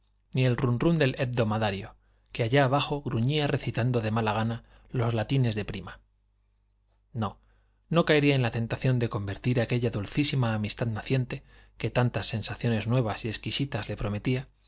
ni el rum rum del hebdomadario que allá abajo gruñía recitando de mala gana los latines de prima no no caería en la tentación de convertir aquella dulcísima amistad naciente que tantas sensaciones nuevas y exquisitas le prometía